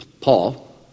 Paul